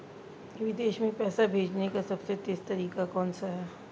विदेश में पैसा भेजने का सबसे तेज़ तरीका कौनसा है?